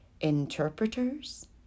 Interpreters